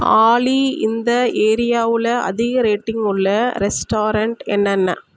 ஆலி இந்த ஏரியாவில் அதிக ரேட்டிங் உள்ள ரெஸ்டாரண்ட் என்னென்ன